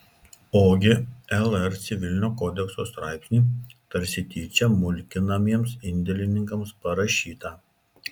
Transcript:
ogi lr civilinio kodekso straipsnį tarsi tyčia mulkinamiems indėlininkams parašytą